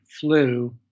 flu